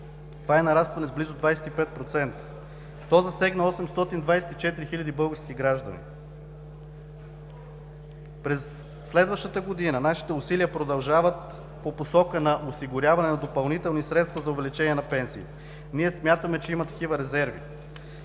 Това е нарастване с близо 25%. То засегна 824 хиляди български граждани. През следващата година нашите усилия продължават по посока на осигуряване на допълнителни средства за увеличение на пенсиите. Ние смятаме, че има такива резерви.